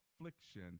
affliction